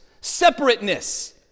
separateness